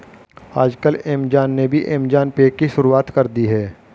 आजकल ऐमज़ान ने भी ऐमज़ान पे की शुरूआत कर दी है